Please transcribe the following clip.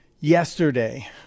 yesterday